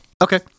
Okay